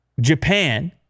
Japan